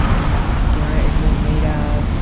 and what mascara is really made of,